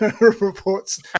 reports